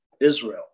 Israel